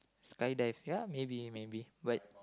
skydive ya maybe maybe but